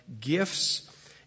gifts